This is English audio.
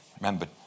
Remember